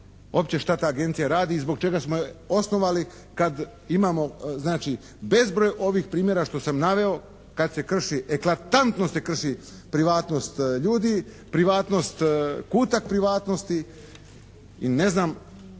uopće šta ta agencija radi i zbog čega smo je osnovali kad imamo znači bezbroj ovih primjera što sam naveo kad se krši, eklatantno se krši privatnost ljudi, privatnost, kutak privatnosti i ne znam